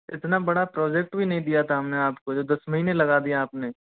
इतना बड़ा प्रोजेक्ट भी नहीं दिया था हमने आपको जो दस महीने लगा दिए आपने